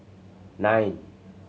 nine